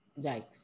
Yikes